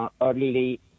early